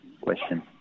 question